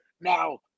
Now